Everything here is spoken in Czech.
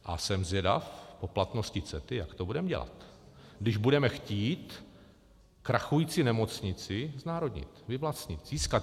A jsem zvědav po platnosti CETA, jak to budeme dělat, když budeme chtít krachující nemocnici znárodnit, vyvlastnit, získat.